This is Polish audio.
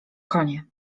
konie